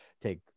take